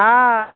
हँ